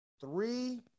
three